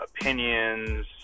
opinions